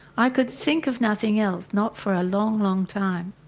i could think of nothing else, not for a long, long time.